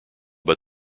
but